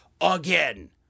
again